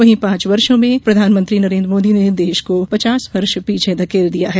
वहीं पांच वर्षों में प्रधानमंत्री नरेन्द्र मोदी ने देश को पचास वर्ष पीछे धकेल दिया है